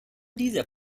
dieser